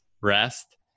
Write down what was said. rest